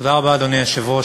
אדוני היושב-ראש,